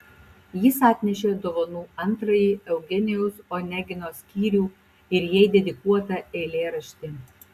jis atnešė dovanų antrąjį eugenijaus onegino skyrių ir jai dedikuotą eilėraštį